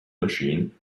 machine